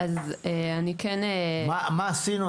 מה עשינו,